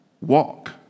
walk